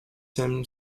sam